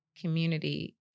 community